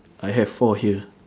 I have four here